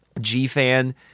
G-Fan